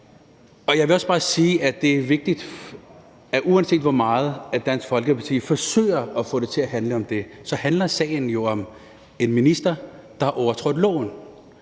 Og jeg vil også bare sige, og det er vigtigt, at uanset hvor meget Dansk Folkeparti forsøger at få det til at handle om det, handler sagen jo om en minister, der har overtrådt loven.